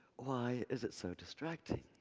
why is it so distracting?